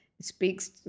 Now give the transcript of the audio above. speaks